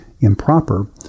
improper